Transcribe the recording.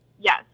Yes